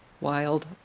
Wild